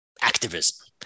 activism